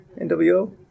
NWO